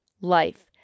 life